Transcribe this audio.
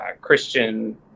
Christian